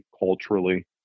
culturally